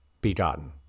begotten